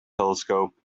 telescope